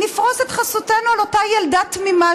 נפרוס את חסותנו על אותה ילדה תמימה,